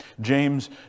James